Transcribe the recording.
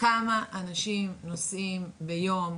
כמה אנשים נוסעים ביום,